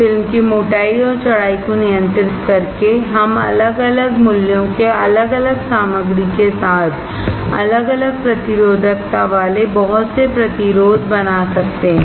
film की मोटाई और चौड़ाई को नियंत्रित करके हम अलग अलग मूल्यों के अलग अलग सामग्री के साथ अलग अलग प्रतिरोधकता वाले बहुत से प्रतिरोध बना सकते हैं